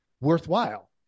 worthwhile